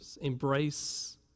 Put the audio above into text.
embrace